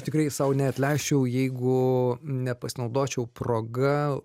tikrai sau neatleisčiau jeigu nepasinaudočiau proga